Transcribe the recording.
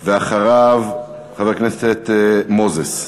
אחריו, חבר הכנסת מוזס.